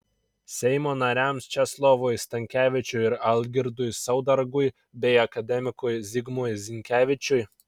seimo nariams česlovui stankevičiui ir algirdui saudargui bei akademikui zigmui zinkevičiui